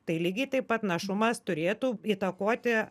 tai lygiai taip pat našumas turėtų įtakoti